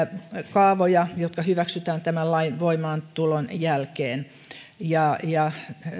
kaavoja jotka hyväksytään tämän lain voimaantulon jälkeen ja ja